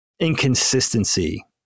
inconsistency